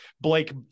Blake